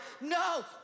No